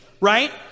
Right